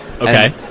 Okay